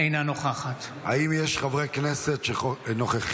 אינה נוכחת האם יש חברי כנסת שנוכחים?